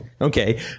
okay